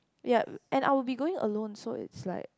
ya and I will be going alone so it's like